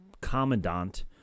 commandant